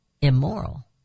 immoral